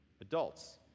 Adults